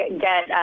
get